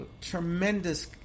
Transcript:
tremendous